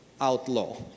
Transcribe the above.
outlaw